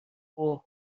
اوه